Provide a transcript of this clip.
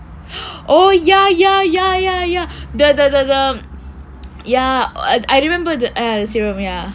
oh ya ya ya ya ya the the the ya I remember the ya serum ya